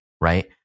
right